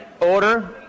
order